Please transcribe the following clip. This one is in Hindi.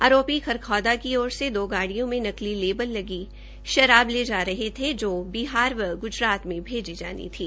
आरोपी खरखौदा की ओर से दो गाड़िया में नकली लेवल वाली शराब लेकर आ रहे थे जो बिहार व गुजरात में भेजी जानी थी